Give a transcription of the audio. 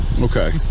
Okay